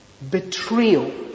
Betrayal